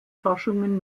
forschungen